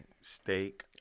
Steak